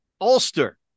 Ulster